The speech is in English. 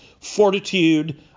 fortitude